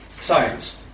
science